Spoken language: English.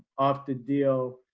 off the deal.